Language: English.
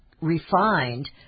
refined